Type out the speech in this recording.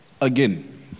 again